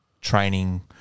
Training